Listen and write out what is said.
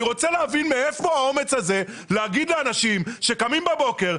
אני רוצה להבין מאיפה האומץ הזה להגיד לאנשים שקמים בבוקר,